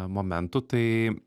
momentų tai